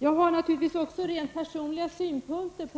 Jag har naturligtvis också rent personliga synpunkter